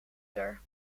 uur